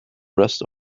rest